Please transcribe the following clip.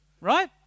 Right